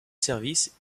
service